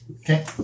Okay